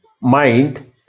mind